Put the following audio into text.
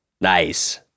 Nice